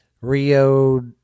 Rio